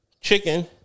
chicken